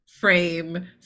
frame